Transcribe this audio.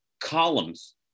columns